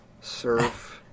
Surf